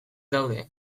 daude